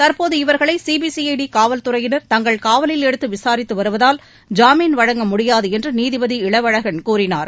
தற்போது இவர்களை சிபிசிஐடி காவல்துறையினர் தங்கள் காவலில் எடுத்து விசாரித்து வருவதால் ஜாமீன் வழங்க முடியாது என்று நீதிபதி இளவழகன் கூறினார்